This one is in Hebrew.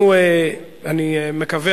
אני מקווה,